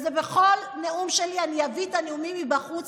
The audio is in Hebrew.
בכל נאום שלי אני אביא את הנאומים מבחוץ,